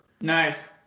Nice